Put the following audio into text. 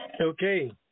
Okay